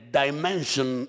dimension